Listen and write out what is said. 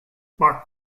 marc